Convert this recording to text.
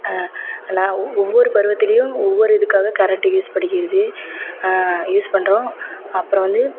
எல்லா ஒவ்வொரு பருவத்துலேயும் ஒவ்வொரு இதுக்காக கரெண்ட்டு யூஸ் பண்ணிக்கிறது யூஸ் பண்றோம் அப்புறம் வந்து